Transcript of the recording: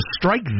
strike